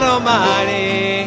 Almighty